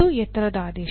ಇದು ಎತ್ತರದ ಆದೇಶ